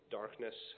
darkness